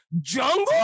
Jungle